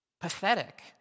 Pathetic